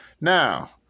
Now